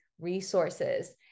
resources